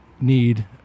need